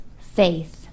faith